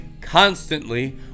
constantly